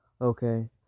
Okay